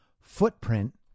footprint